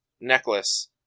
necklace